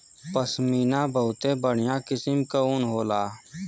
पश्मीना बहुते बढ़िया किसम क ऊन होला